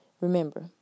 Remember